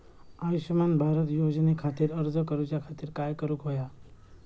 आयुष्यमान भारत योजने खातिर अर्ज करूच्या खातिर काय करुक होया?